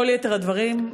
כל יתר הדברים,